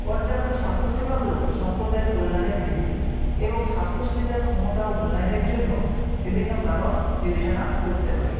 পর্যাপ্ত স্বাস্থ্যসেবা হল সম্প্রদায়ের কল্যাণের ভিত্তি এবং স্বাস্থ্য সুবিধার ক্ষমতা ও মূল্যায়নের জন্য বিভিন্ন কারণ বিবেচনা করতে হয়